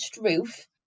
roof